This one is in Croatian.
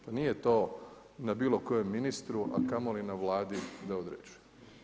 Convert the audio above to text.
Pa nije to na bilo kojem ministru a kamoli na Vladi na određuje.